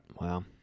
Wow